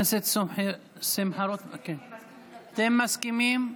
אתם מסכימים?